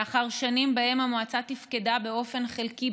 לאחר שנים שבהן המועצה תפקדה באופן חלקי,